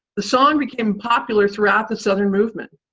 the song became popular throughout the southern movement.